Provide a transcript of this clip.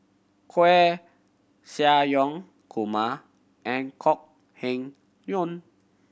Koeh Sia Yong Kumar and Kok Heng Leun